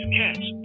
cats